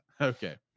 Okay